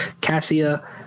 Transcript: Cassia